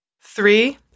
Three